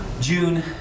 June